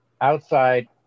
outside